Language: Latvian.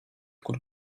kur